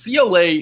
CLA